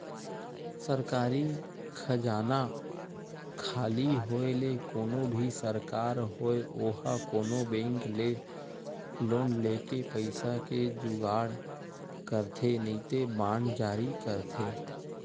सरकारी खजाना खाली होय ले कोनो भी सरकार होय ओहा कोनो बेंक ले लोन लेके पइसा के जुगाड़ करथे नइते बांड जारी करथे